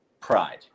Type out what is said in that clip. pride